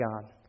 God